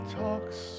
talks